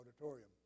auditorium